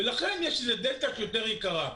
ולכן יש איזו דלתא שהיא יותר יקרה.